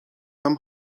tam